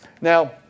Now